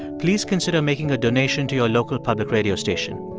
please consider making a donation to your local public radio station.